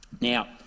Now